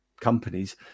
companies